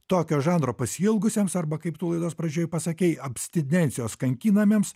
tokio žanro pasiilgusiems arba kaip tu laidos pradžioj pasakei abstinencijos kankinamiems